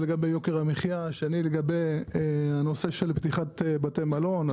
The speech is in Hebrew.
לגבי יוקר המחיה והשני לגבי הנושא של פתיחת בתי מלון.